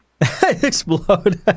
Explode